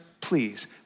please